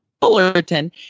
Fullerton